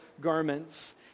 garments